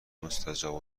مستجاب